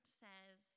says